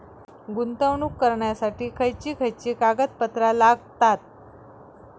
गुंतवणूक करण्यासाठी खयची खयची कागदपत्रा लागतात?